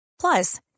Plus